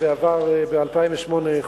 שחוקקו בעבר, ב-2008.